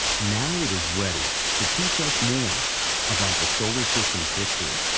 now it is ready to teach us more about the solar system's history,